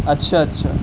اچھا اچھا